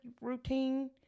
routine